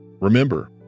Remember